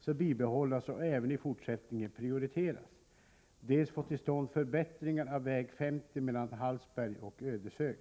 skall bibehållas och även i fortsättningen prioriteras, dels få till stånd förbättringar av väg 50 mellan Hallsberg och Ödeshög.